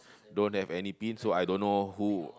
don't have any pins so I don't know who